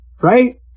Right